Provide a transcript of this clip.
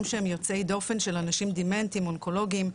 שהם יוצאי דופן של אנשים שהם דמנטיים אונקולוגים,